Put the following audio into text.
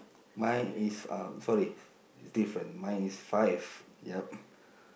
mine is uh sorry it's different mine is five yup